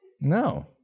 No